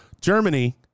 Germany